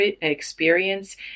experience